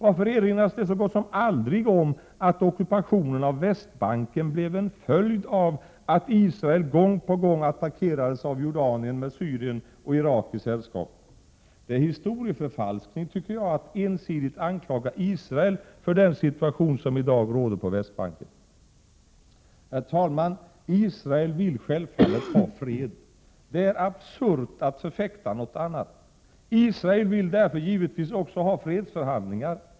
Varför erinras det så gott som aldrig om att ockupationen av Västbanken blev en följd av att Israel gång på gång attackerades av Jordanien med Syrien och Irak i sällskap? Det är historieförfalskning, tycker jag, att ensidigt anklaga Israel för den situation som i dag råder på Västbanken. Herr talman! Israel vill självfallet ha fred. Det är absurt att förfäkta något annat. Israel vill därför givetvis också ha fredsförhandlingar.